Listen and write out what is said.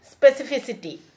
specificity